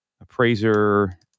Appraiser